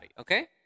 Okay